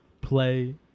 play